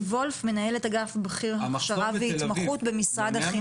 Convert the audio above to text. המחסור בתל אביב, מונע מאותו ילד ללמוד פיזיקה?